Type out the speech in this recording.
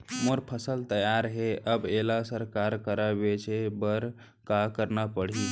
मोर फसल तैयार हे अब येला सरकार करा बेचे बर का करना पड़ही?